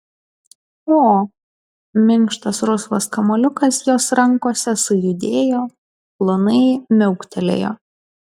o minkštas rusvas kamuoliukas jos rankose sujudėjo plonai miauktelėjo